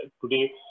today